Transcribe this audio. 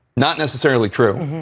not necessarily true.